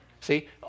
See